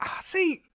see